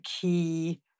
key